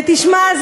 תשמע,